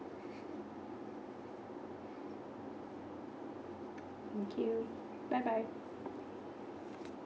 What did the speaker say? thank you bye bye